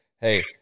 Hey